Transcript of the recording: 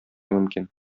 мөмкин